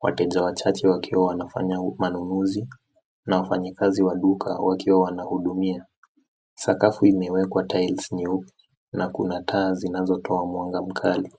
Wateja wachache wakiwa wanafanya manunuzi na wafanyakazi wa duka wakiwa wanahudumia. Sakafu imewekwa tiles nyeupe na kuna taa zinazotoa mwanga mkali.